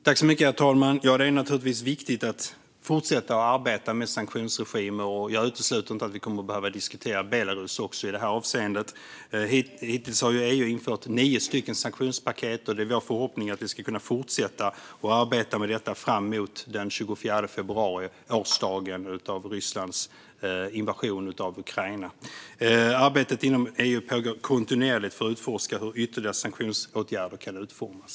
Herr talman! Det är naturligtvis viktigt att fortsätta arbeta med sanktionsregimer, och jag utesluter inte att vi kommer att behöva diskutera Belarus också i det här avseendet. Hittills har EU infört nio sanktionspaket, och det är vår förhoppning att man ska kunna fortsätta arbeta med detta fram mot den 24 februari som är årsdagen av Rysslands invasion av Ukraina. Arbetet inom EU pågår kontinuerligt med att utforska hur ytterligare sanktionsåtgärder kan utformas.